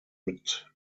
mit